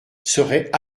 seraient